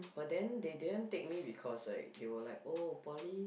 but then they didn't take me because like they were like oh poly